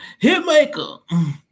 Hitmaker